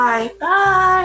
Bye-bye